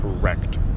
Correct